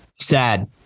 sad